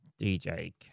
DJ